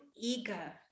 eager